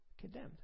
condemned